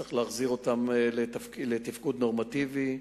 צריך להחזיר אותם לתפקוד נורמטיבי.